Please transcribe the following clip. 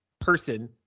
person